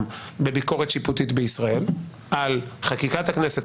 בביקורת שיפוטית בישראל על חקיקת הכנסת,